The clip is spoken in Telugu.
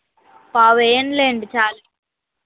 పావు వేయండి లేండి చాలు